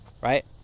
Right